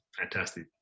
fantastic